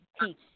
teach